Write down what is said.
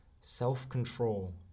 self-control